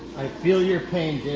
i feel your pain